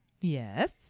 Yes